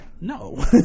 No